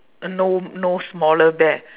uh no no smaller bear